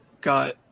got